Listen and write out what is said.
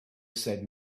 said